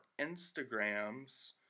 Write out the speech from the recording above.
Instagrams